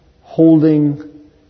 holding